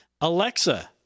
Alexa